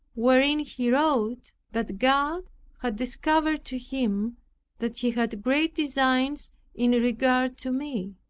wherein he wrote that god had discovered to him that he had great designs in regard to me.